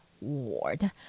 ward